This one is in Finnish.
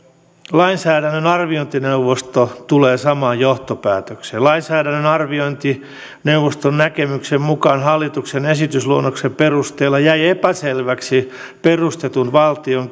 lainsäädännön arviointineuvosto tulee samaan johtopäätökseen lainsäädännön arviointineuvoston näkemyksen mukaan hallituksen esitysluonnoksen perusteella jäi epäselväksi perustetun valtion